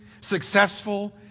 successful